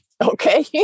Okay